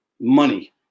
money